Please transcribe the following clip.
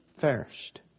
first